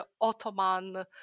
Ottoman